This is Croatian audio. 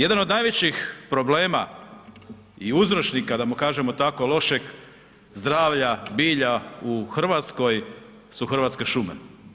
Jedan od najvećih problema i uzročnika da mu kažemo tako lošeg zdravlja bilja u Hrvatskoj su Hrvatske šume.